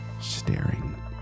staring